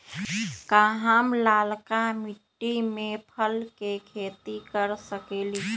का हम लालका मिट्टी में फल के खेती कर सकेली?